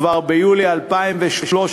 כבר ביולי 2013,